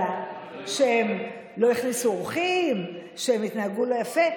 שהם לא הכניסו אורחים, שהם התנהגו לא יפה?